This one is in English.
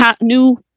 new